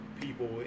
people